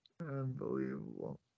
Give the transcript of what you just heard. Unbelievable